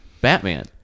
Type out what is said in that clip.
Batman